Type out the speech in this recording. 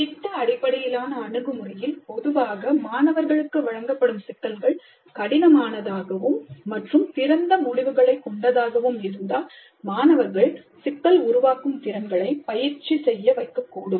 எனவே திட்ட அடிப்படையிலான அணுகுமுறையில் பொதுவாக மாணவர்களுக்கு வழங்கப்படும் சிக்கல்கள் கடினமானதாகவும் மற்றும் திறந்த முடிவுகளை கொண்டதாகவும் இருந்தால் மாணவர்கள் சிக்கல் உருவாக்கும் திறன்களை பயிற்சி செய்ய வைக்கக்கூடும்